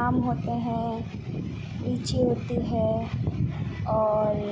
آم ہوتے ہیں لیچی ہوتی ہے اور